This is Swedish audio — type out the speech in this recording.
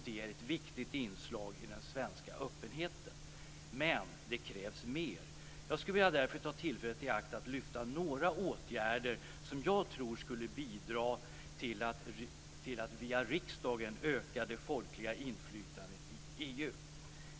Det är ett viktigt inslag i den svenska öppenheten. Men det krävs mer. Jag skulle därför vilja ta tillfället i akt att lyfta upp några åtgärder som jag tror skulle bidra till att via riksdagen öka det folkliga inflytandet i EU.